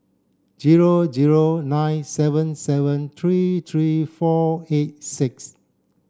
zero zero nine seven seven three three four eight six